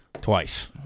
Twice